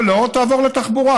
או לא, תעבור לתחבורה.